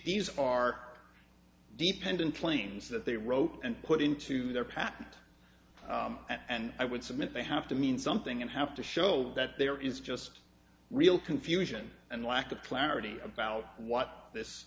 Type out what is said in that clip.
these are dependent claims that they wrote and put into their patent and i would submit they have to mean something and have to show that there is just real confusion and lack of clarity about what this